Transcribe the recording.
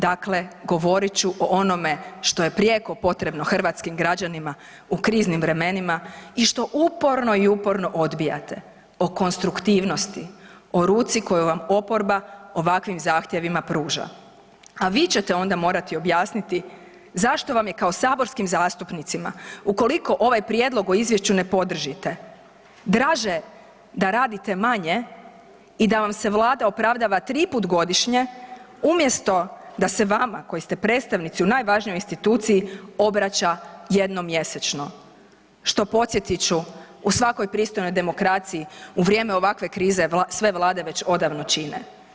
Dakle, govorit ću o onome što je prijeko potrebno hrvatskim građanima u kriznim vremenima i što uporno i uporno odbijate, o konstruktivnosti, o ruci koju vam oporba ovakvim zahtjevima pruža, a vi ćete onda morati objasniti zašto vam je kao saborskim zastupnicima ukoliko ovaj prijedlog o izvješću ne podržite draže da radite manje i da vam se Vlada opravdava 3 puta godišnje umjesto da se vama koji ste predstavnici u najvažnijoj instituciji obraća jednom mjesečno, što podsjetit ću u svakoj pristojnoj demokraciji u vrijeme ovakve krize sve vlade već odavno čine.